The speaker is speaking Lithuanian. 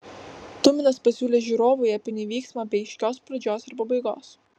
tuminas pasiūlė žiūrovui epinį vyksmą be aiškios pradžios ir pabaigos